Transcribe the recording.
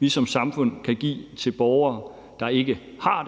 vi som samfund kan give til borgere, der ikke har